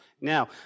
Now